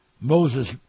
Moses